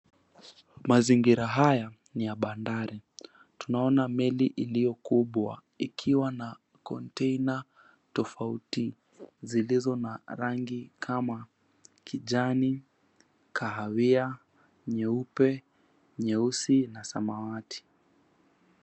Mazingira haya ni ya bandari. Tunaona meli iliyo kubwa ikiwa na container tofauti zilizo na rangi kama kijani, kahawia, nyeupe, nyeusi na samawati.